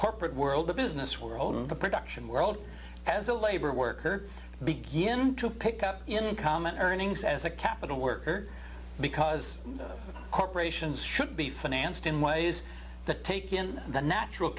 corporate world the business world and the production world as a labor worker begin to pick up in common earnings as a capital worker because corporations should be financed in ways to take in the natural